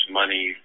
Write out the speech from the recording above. money